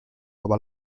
aber